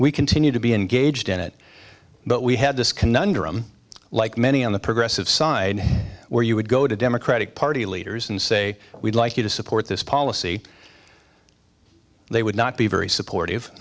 we continue to be engaged in it but we had this conundrum like many on the progressive side where you would go to democratic party leaders and say we'd like you to support this policy they would not be very supportive